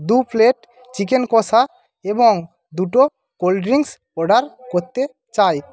দু plate chicken কষা এবং দুটো কোল্ড ড্রিংকস অর্ডার করতে চাই